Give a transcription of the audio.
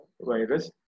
virus